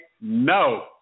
no